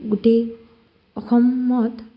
গোটেই অসমত